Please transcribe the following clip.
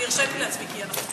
הרשיתי לעצמי, כי אנחנו חברות.